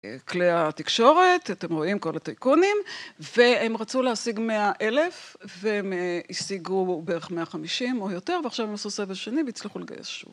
כלי התקשורת, אתם רואים כל הטייקונים, והם רצו להשיג 100,000 והם השיגו בערך 150 או יותר, ועכשיו הם עשו סבב שני והצליחו לגייס שוב.